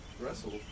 wrestle